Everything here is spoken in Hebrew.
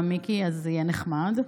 מיקי, זה יהיה נחמד.